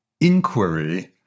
inquiry